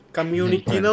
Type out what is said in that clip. Community